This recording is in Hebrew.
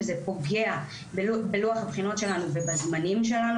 וזה פוגע בלוח הבחינות שלנו ובזמנים שלנו